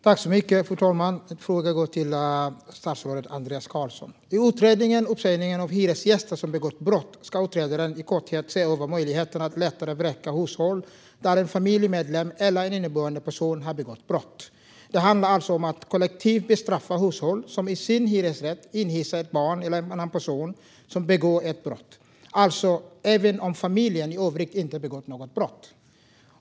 Fru talman! Min fråga går till statsrådet Andreas Carlson. I utredningen Uppsägning av hyresgäster som har begått brott ska utredaren i korthet se över möjligheterna att lättare vräka hushåll där en familjemedlem eller en inneboende person har begått brott. Det handlar alltså om att kollektivt bestraffa hushåll som i sin hyresrätt inhyser ett barn eller en annan person som begått ett brott - det vill säga även om familjen i övrigt inte har begått något brott.